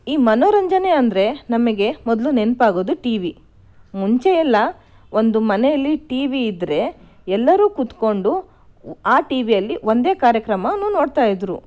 ಈ ಮನೋರಂಜನೆ ಅಂದರೆ ನಮಗೆ ಮೊದಲು ನೆನಪಾಗೋದು ಟಿ ವಿ ಮುಂಚೆಯೆಲ್ಲ ಒಂದು ಮನೆಯಲ್ಲಿ ಟಿ ವಿ ಇದ್ದರೆ ಎಲ್ಲರೂ ಕೂತ್ಕೊಂಡು ಆ ಟಿ ವಿಯಲ್ಲಿ ಒಂದೇ ಕಾರ್ಯಕ್ರಮವನ್ನು ನೋಡ್ತಾ ಇದ್ದರು